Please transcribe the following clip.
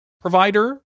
provider